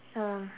oh